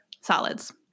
Solids